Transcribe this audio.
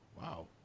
Wow